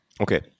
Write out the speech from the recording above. Okay